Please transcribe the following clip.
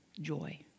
joy